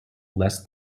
less